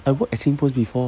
I work at singpost before